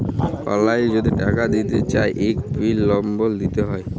অললাইল যদি টাকা দিতে চায় ইক পিল লম্বর দিতে হ্যয়